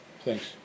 thanks